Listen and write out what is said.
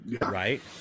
right